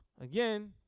Again